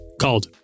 called